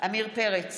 עמיר פרץ,